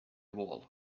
wall